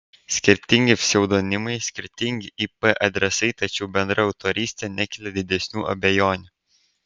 skirtingi pseudonimai skirtingi ip adresai tačiau bendra autorystė nekelia didesnių abejonių